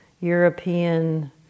European